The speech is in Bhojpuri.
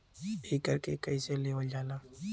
एकरके कईसे लेवल जाला?